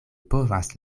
povas